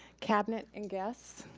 cabinet and guests.